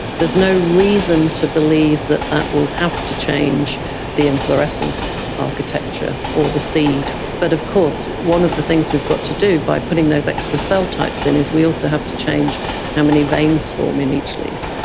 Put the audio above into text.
there's no reason to believe that that will have to change the inflorescence architecture or the seed. but of course one of the things we've got to do by putting those extra cell types in is we also got to change how many veins form in each leaf.